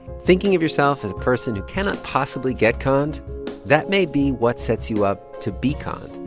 thinking of yourself as a person who cannot possibly get conned that may be what sets you up to be conned.